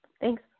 Thanks